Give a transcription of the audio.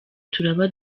turaba